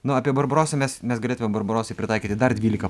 na apie barbarosą mes mes galėtumėm barbarosai pritaikyti dar dvylika